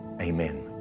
amen